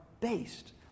based